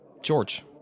George